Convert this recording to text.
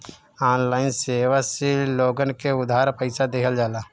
online सेवा से लोगन के उधार पईसा देहल जाला